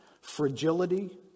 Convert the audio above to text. fragility